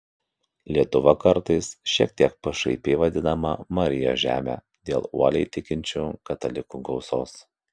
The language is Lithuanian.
lietuva kartais šiek tiek pašaipiai vadinama marijos žeme dėl uoliai tikinčių katalikų gausos